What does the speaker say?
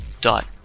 dot